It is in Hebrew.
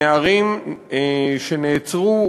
נערים שנעצרו,